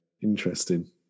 interesting